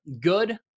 good